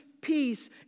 Peace